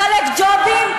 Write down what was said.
לחלק ג'ובים?